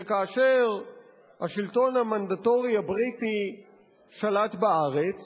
וכאשר השלטון המנדטורי הבריטי שלט בארץ